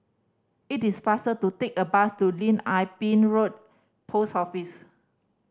it is faster to take a bus to Lim Ah Pin Road Post Office